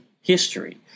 history